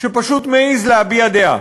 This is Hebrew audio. שפשוט מעז להביע דעה.